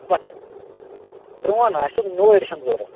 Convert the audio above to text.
پرون ہا اَسہِ اوس نوٚو ایٚڈِشن ضرورت